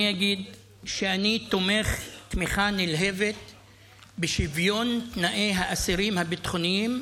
ואני אגיד שאני תומך תמיכה נלהבת בשוויון תנאי האסירים הביטחוניים,